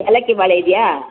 ಏಲಕ್ಕಿ ಬಾಳೆ ಇದೆಯಾ